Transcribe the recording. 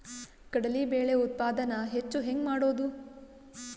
ಕಡಲಿ ಬೇಳೆ ಉತ್ಪಾದನ ಹೆಚ್ಚು ಹೆಂಗ ಮಾಡೊದು?